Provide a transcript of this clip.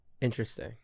Interesting